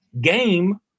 game